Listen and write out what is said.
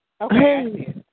Okay